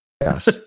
Yes